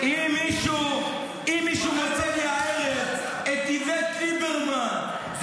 אם מישהו מוצא לי הערב את איווט ליברמן,